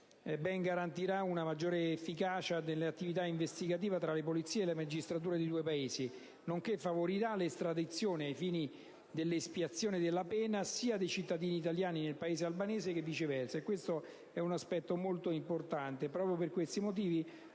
ben garantirà una maggiore efficacia nell'attività investigativa tra le polizie e le magistrature dei due Paesi, nonché favorirà l'estradizione ai fini dell'espiazione della pena sia dei cittadini italiani nel Paese albanese che viceversa. Per questi motivi annuncio